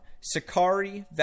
Sakari